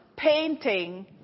painting